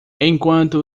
enquanto